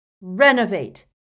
Renovate